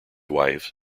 wife